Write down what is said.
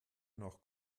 nach